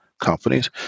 companies